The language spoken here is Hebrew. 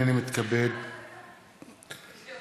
הנני מתכבד להודיעכם,